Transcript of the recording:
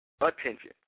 attention